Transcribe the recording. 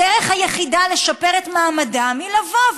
הדרך היחידה לשפר את מעמדם היא לבוא,